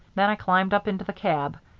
then i climbed up into the cab.